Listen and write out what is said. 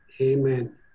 Amen